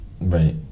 right